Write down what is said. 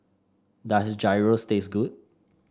does Gyros taste good